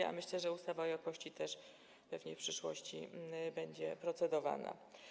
Poza tym myślę, że ustawa o jakości też pewnie w przyszłości będzie procedowana.